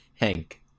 Hank